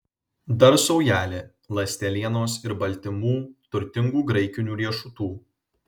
dar saujelę ląstelienos ir baltymų turtingų graikinių riešutų